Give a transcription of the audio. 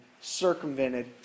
circumvented